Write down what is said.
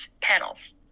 panels